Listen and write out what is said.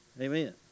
Amen